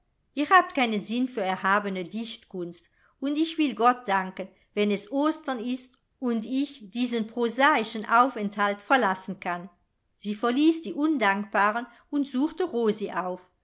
ihr habt keinen sinn für erhabene dichtkunst und ich will gott danken wenn es ostern ist und ich diesen prosaischen aufenthalt verlassen kann sie verließ die undankbaren und suchte rosi auf